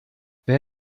wer